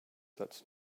that’s